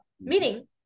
Meaning